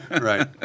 Right